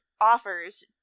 offers